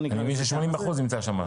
אני מבין ש-80% נמצא שם?